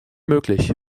möglich